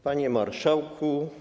Panie Marszałku!